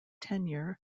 tenure